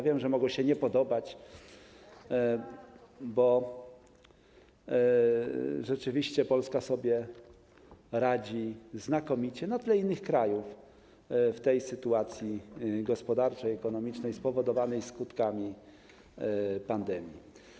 Wiem, że mogą się nie podobać, bo rzeczywiście Polska radzi sobie znakomicie na tle innych krajów w tej sytuacji gospodarczej, ekonomicznej spowodowanej skutkami pandemii.